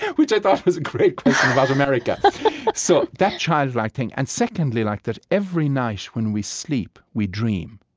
which i thought was a great question about america so that childlike thing, and secondly, like that every night when we sleep, we dream.